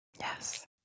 Yes